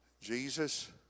Jesus